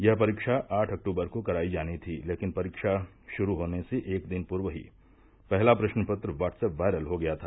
यह परीक्षा आठ अक्टूबर को कराई जानी थी लेकिन परीक्षा शुरू होने से एक दिन पूर्व ही पहला प्रश्नपत्र वाट्स ऐप वायरल हो गया था